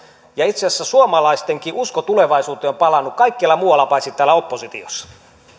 ja itse asiassa suomalaistenkin usko tulevaisuuteen on palannut kaikkialla muualla paitsi täällä oppositiossa